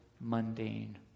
mundane